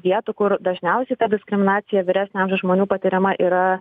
vietų kur dažniausiai ta diskriminacija vyresnio amžiaus žmonių patiriama yra